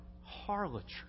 harlotry